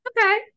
okay